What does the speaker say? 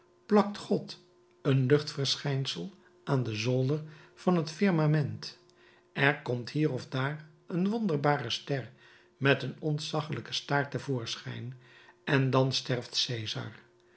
plakt god een luchtverschijnsel aan den zolder van het firmament er komt hier of daar een wonderbare ster met een ontzaggelijken staart te voorschijn en dan sterft